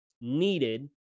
needed